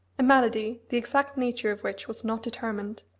a malady, the exact nature of which was not determined,